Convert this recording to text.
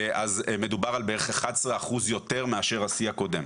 אז מדובר על בערך 11% יותר מאשר השיא הקודם.